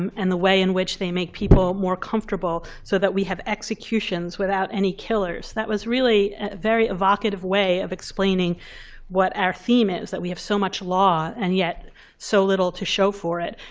um and the way in which they make people more comfortable so that we have execution's without any killers. that was really a very evocative way of explaining what our theme is. that we have so much law, and yet so little to show for it.